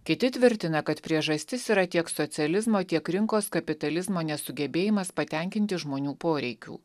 kiti tvirtina kad priežastis yra tiek socializmo tiek rinkos kapitalizmo nesugebėjimas patenkinti žmonių poreikių